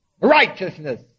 Righteousness